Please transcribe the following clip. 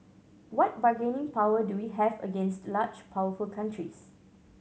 what bargaining power do we have against large powerful countries